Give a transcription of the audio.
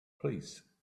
please